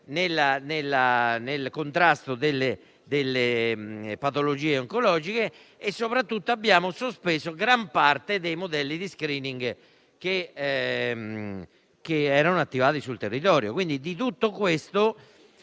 nel contrasto delle patologie oncologiche e soprattutto gran parte dei modelli di *screening* che erano attivati sul territorio.